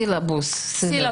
סילבוס.